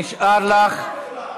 נשארה לך דקה.